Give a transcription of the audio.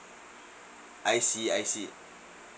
I see I see